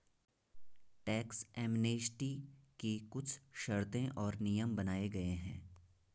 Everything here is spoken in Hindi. टैक्स एमनेस्टी की कुछ शर्तें और नियम बनाये गये हैं